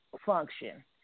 function